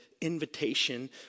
invitation